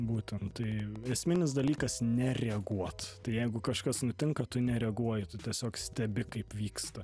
būtent tai esminis dalykas nereaguot tai jeigu kažkas nutinka tu nereaguoji tu tiesiog stebi kaip vyksta